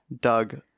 Doug